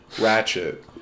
Ratchet